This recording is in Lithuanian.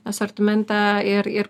asortimente ir ir